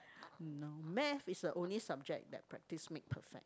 no math is a only subject that practice make perfect